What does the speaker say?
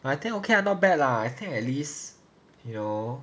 but I think okay lah not bad lah I think at least you know